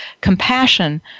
compassion